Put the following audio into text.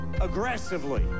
aggressively